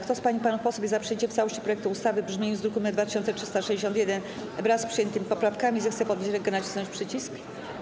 Kto z pań i panów posłów jest za przyjęciem w całości projektu ustawy w brzmieniu z druku nr 2361, wraz z przyjętymi poprawkami, zechce podnieść rękę i nacisnąć przycisk?